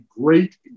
great